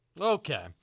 Okay